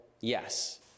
yes